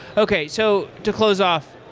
okay, so to close off,